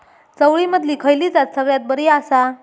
चवळीमधली खयली जात सगळ्यात बरी आसा?